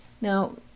Now